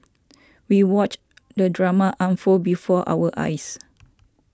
we watched the drama unfold before our eyes